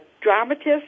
dramatist